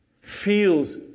feels